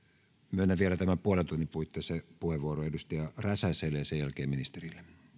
myönnän vielä tämän puolen tunnin puitteissa puheenvuoron edustaja räsäselle ja sen jälkeen ministerille